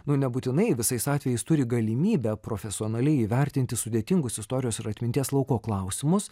nu nebūtinai visais atvejais turi galimybę profesionaliai įvertinti sudėtingus istorijos ir atminties lauko klausimus